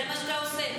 זה מה שאתה עושה.